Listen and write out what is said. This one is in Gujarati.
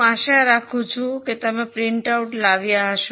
હું આશા રાખું છું કે તમે પ્રિન્ટઆઉટ લાવીયા હશે